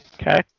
Okay